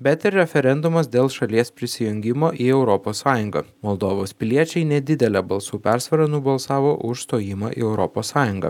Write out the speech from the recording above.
bet ir referendumas dėl šalies prisijungimo į europos sąjungą moldovos piliečiai nedidele balsų persvara nubalsavo už stojimą į europos sąjungą